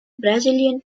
brazilian